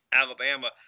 Alabama